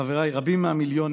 חבריי, רבים מהמיליונים